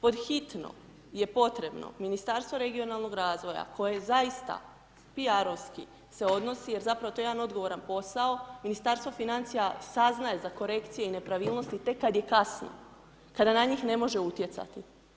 Pod hitno je potrebno Ministarstvo regionalnoga razvoja, koje zaista PR-ovski se odnosi, jer zapravo to je jedan odgovoran posao, Ministarstvo financija saznaje za korekcije i nepravilnosti tek kad je kasno, kada na njih ne može utjecati.